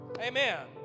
Amen